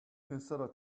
consider